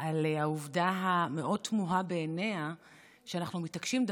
על העובדה המאוד-תמוהה בעיניה שאנחנו מתעקשים,